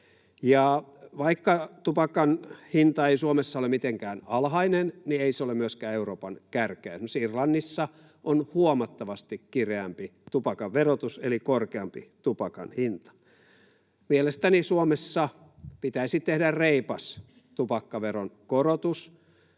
vaikka tupakan hinta ei Suomessa ole mitenkään alhainen, niin ei se ole myöskään Euroopan kärkeä. Esimerkiksi Irlannissa on huomattavasti kireämpi tupakan verotus eli korkeampi tupakan hinta. Mielestäni Suomessa pitäisi tehdä reipas tupakkaveron korotus,